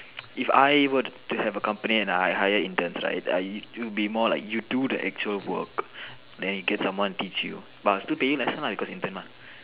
if I were to have a company and I hire interns like I it would be more of like you do the actual work and you get someone teach you but but still taking lesson because intern mah